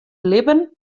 libben